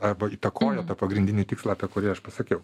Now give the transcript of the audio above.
arba įtakojo tą pagrindinį tikslą apie kurį aš pasakiau